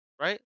right